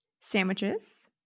sandwiches